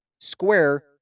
square